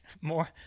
more